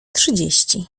trzydzieści